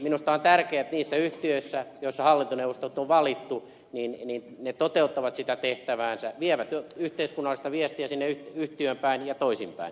minusta on tärkeää että niissä yhtiöissä joissa hallintoneuvostot on valittu ne hallintoneuvostot toteuttavat sitä tehtäväänsä vievät yhteiskunnallista viestiä sinne yhtiöön päin ja toisinpäin